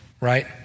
Right